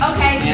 Okay